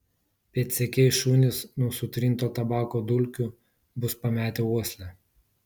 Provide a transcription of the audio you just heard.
pėdsekiai šunys nuo sutrinto tabako dulkių bus pametę uoslę